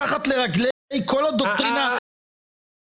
ולכן אתה לא רוצה לדון איתי על זה.